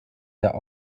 der